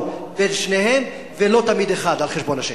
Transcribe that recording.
בין שניהם ולא תמיד האחד על חשבון השני?